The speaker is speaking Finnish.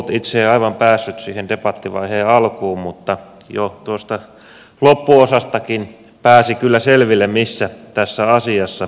itse en aivan päässyt siihen debattivaiheen alkuun mutta jo tuosta loppuosastakin pääsi kyllä selville missä tässä asiassa mennään